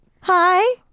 Hi